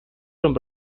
from